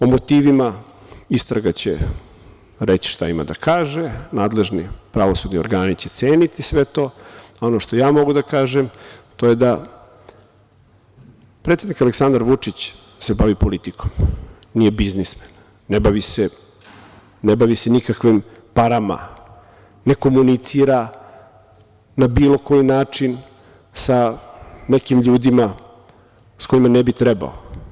O motivima istraga će reći šta ima da kaže, nadležni pravosudni organi će ceniti sve to, a ono što ja mogu da kažem, to je da se predsednik Aleksandar Vučić bavi politikom, nije biznismen, ne bavi se nikakvim parama, ne komunicira na bilo koji način sa nekim ljudima sa kojima ne bi trebao.